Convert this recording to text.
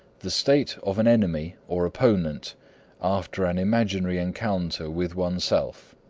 the state of an enemy or opponent after an imaginary encounter with oneself.